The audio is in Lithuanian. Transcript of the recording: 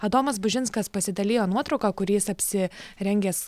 adomas bužinskas pasidalijo nuotrauka kurioj jis apsirengęs